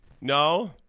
no